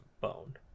bone